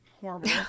Horrible